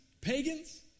pagans